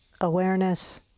awareness